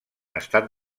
estat